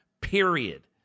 period